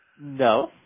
No